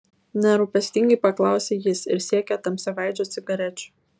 nerūpestingai paklausė jis ir siekė tamsiaveidžio cigarečių